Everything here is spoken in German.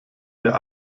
der